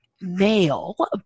male